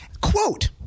Quote